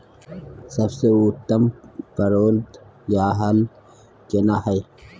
सबसे उत्तम पलौघ या हल केना हय?